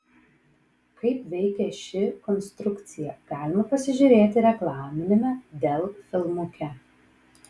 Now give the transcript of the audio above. kaip veikia ši konstrukcija galima pasižiūrėti reklaminiame dell filmuke